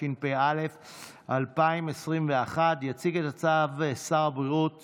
התשפ"א 2021. יציג את הצו שר הבריאות